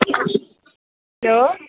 hello